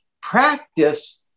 Practice